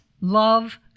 Love